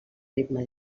ritme